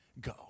Go